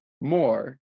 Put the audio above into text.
more